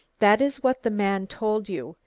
that is what the man told you.